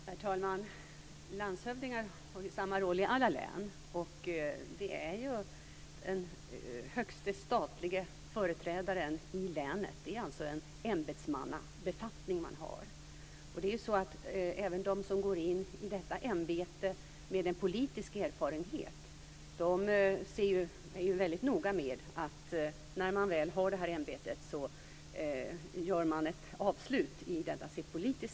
Herr talman! Landshövdingar har samma roll i alla län. Det är den högsta statliga företrädaren i länet. Det är alltså en ämbetsmannabefattning. Även de som går in i detta ämbete med en politisk erfarenhet är ju väldigt noga med att göra ett avslut i sitt politiska liv när man får detta ämbete.